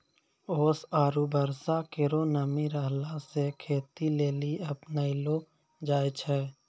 ओस आरु बर्षा केरो नमी रहला सें खेती लेलि अपनैलो जाय छै?